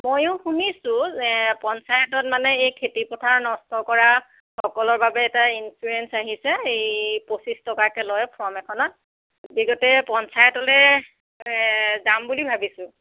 ময়ো শুনিছোঁ পঞ্চায়তত মানে এই খেতি পথাৰ নষ্ট কৰা সকলৰ বাবে এটা ইঞ্চুৰেঞ্চ আহিছে এই পঁচিছ টকাকে লয় ফ্ৰম এখনত পঞ্চায়তলৈ যাম বুলি ভাবিছো